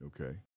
Okay